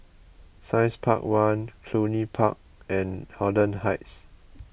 Science Park one Cluny Park and Holland Heights